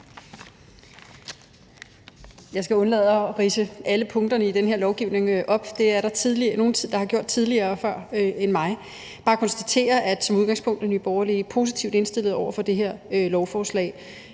Jeg skal undlade at ridse alle punkterne i den her lovgivning op; det er der nogle, der har gjort før mig. Jeg vil bare konstatere, at Nye Borgerlige som udgangspunkt er positivt indstillet over for det her lovforslag.